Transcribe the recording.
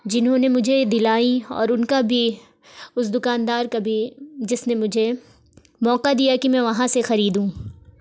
جنہوں نے مجھے دلائیں اور ان کا بھی اس دکاندار کا بھی جس نے مجھے موقع دیا کہ میں وہاں سے خریدوں